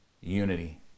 unity